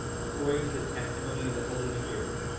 according to the testimony of the holy spirit,